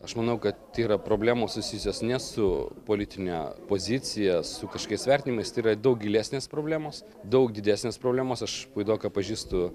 aš manau kad tai yra problemos susijusios ne su politine pozicija su kažkokiais vertinimais tai yra daug gilesnės problemos daug didesnės problemos aš puidoką pažįstu